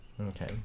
Okay